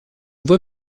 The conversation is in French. voie